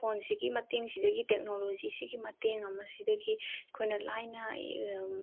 ꯐꯣꯟꯁꯤꯒꯤ ꯃꯇꯦꯡꯁꯤꯗꯒꯤ ꯇꯦꯛꯅꯣꯂꯣꯖꯤꯁꯤꯒꯤ ꯃꯇꯦꯡ ꯑꯃꯁꯤꯗꯒꯤ ꯑꯩꯈꯣꯏꯅ ꯂꯥꯏꯅ